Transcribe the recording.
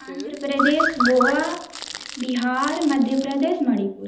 Andhra Pradesh Goa Bihar Madhya Pradesh Manipur